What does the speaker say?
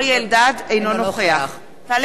אינו נוכח טלב אלסאנע,